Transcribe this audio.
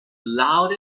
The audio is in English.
loud